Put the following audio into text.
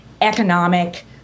economic